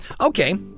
okay